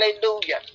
hallelujah